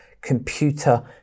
computer